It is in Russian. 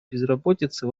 безработицы